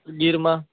ગીરમાં